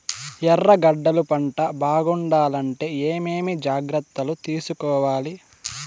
ఎర్రగడ్డలు పంట బాగుండాలంటే ఏమేమి జాగ్రత్తలు తీసుకొవాలి?